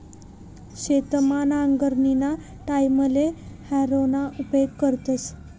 शेतमा नांगरणीना टाईमले हॅरोना उपेग करतस